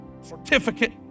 certificate